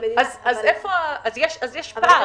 אז יש פער.